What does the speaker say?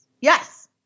Yes